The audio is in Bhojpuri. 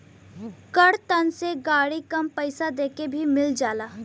कार ऋण से गाड़ी कम पइसा देके भी मिल जाला